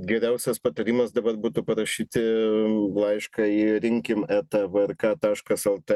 geriausias patarimas dabar būtų parašyti laišką į rinkim eta vrka taškas lt